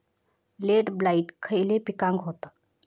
Late blight खयले पिकांका होता?